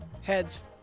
Heads